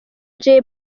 jay